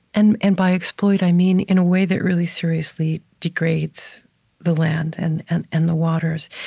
and and by exploit, i mean in a way that really seriously degrades the land and and and the waters,